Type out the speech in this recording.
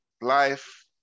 life